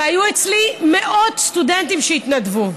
והיו אצלי מאות סטודנטים שהתנדבו.